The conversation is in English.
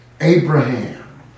Abraham